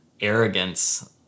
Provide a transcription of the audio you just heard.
arrogance